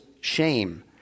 shame